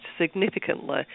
significantly